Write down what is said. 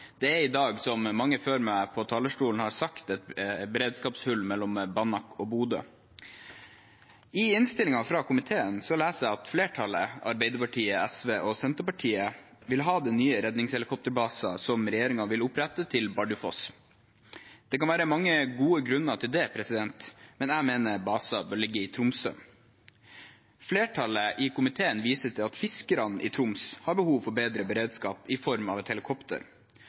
Det er i dag, som mange før meg på talerstolen har sagt, et beredskapshull mellom Banak og Bodø. I innstillingen fra komiteen leser jeg at flertallet – Arbeiderpartiet, SV og Senterpartiet – vil ha den nye redningshelikopterbasen som regjeringen vil opprette, til Bardufoss. Det kan være mange gode grunner til det, men jeg mener basen bør ligge i Tromsø. Flertallet i komiteen viser til at fiskerne i Troms har behov for bedre beredskap i form av et helikopter.